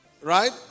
Right